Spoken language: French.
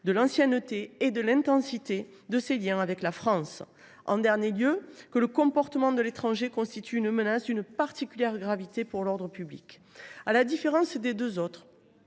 de l’ancienneté et de l’intensité de ses liens avec la France. La troisième condition est que le comportement de l’étranger constitue une menace d’une particulière gravité pour l’ordre public. À la différence des deux autres,